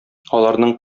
аларның